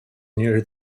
near